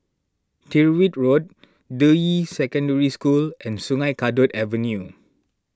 Tyrwhitt Road Deyi Secondary School and Sungei Kadut Avenue